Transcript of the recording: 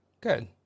Good